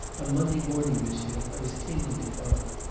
on monday morning, monsieur. i was cleaning the car.